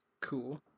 Cool